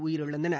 உயிரிழந்தனர்